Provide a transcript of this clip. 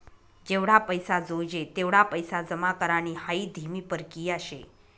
जेवढा पैसा जोयजे तेवढा पैसा जमा करानी हाई धीमी परकिया शे